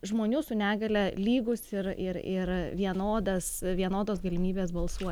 žmonių su negalia lygūs ir ir ir vienodas vienodos galimybės balsuoti